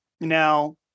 now